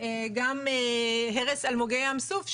גם הרס אלמוגי ים סוף,